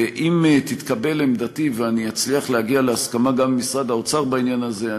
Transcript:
ואם תתקבל עמדתי ואני אצליח להגיע להסכמה גם עם משרד האוצר בעניין הזה,